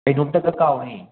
ꯀꯩꯅꯣꯝꯇꯒ ꯀꯥꯎꯔꯦ